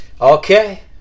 Okay